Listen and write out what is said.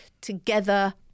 together